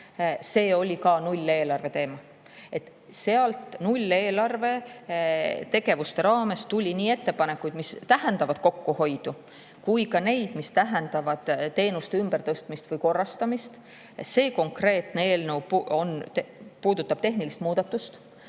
oli ka nulleelarve teema. Nulleelarve tegevuste raames tuli nii ettepanekuid, mis tähendavad kokkuhoidu, kui ka neid, mis tähendavad teenuste ümbertõstmist või korrastamist. See konkreetne eelnõu puudutab tehnilist muudatust.